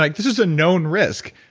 like this is a known risk.